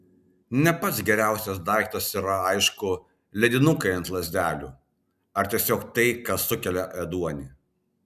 ne pats geriausias daiktas yra aišku ledinukai ant lazdelių ar tiesiog tai kas sukelia ėduonį